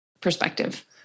perspective